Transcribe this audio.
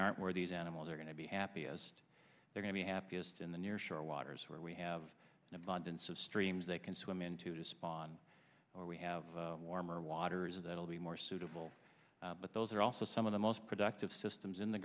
aren't where these animals are going to be happiest they're going to be happiest in the near shore waters where we have an abundance of streams they can swim in to spawn or we have warmer waters that will be more suitable but those are also some of the most productive systems